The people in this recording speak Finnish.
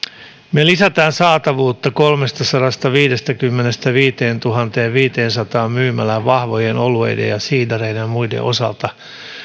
me lisäämme saatavuutta kolmestasadastaviidestäkymmenestä viiteentuhanteenviiteensataan myymälään vahvojen oluiden ja siidereiden ja muiden osalta